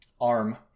arm